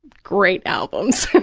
great albums.